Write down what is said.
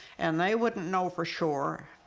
and they wouldn't know for sure,